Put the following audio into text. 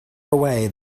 away